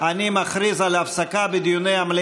משלי ל'.